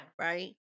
Right